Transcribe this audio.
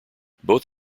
both